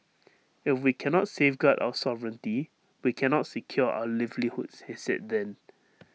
if we cannot safeguard our sovereignty we cannot secure our livelihoods he said then